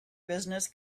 business